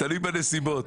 תלוי בנסיבות.